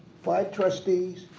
five trustees,